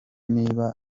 niba